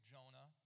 Jonah